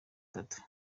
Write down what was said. gatatu